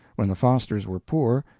when the fosters were poor,